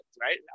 right